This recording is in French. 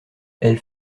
elle